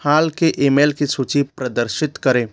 हाल के ईमेल की सूची प्रदर्शित करें